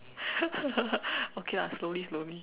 okay lah slowly slowly